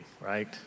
right